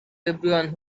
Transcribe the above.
everyone